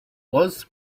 was